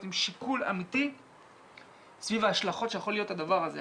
עם שיקול אמיתי סביב ההשלכות שיכול להיות הדבר הזה.